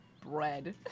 Bread